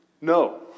No